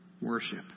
Worship